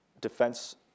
defense